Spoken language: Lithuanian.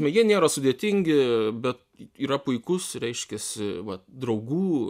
jie nėra sudėtingi bet yra puikus reiškiasi vat draugų